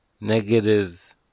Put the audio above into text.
negative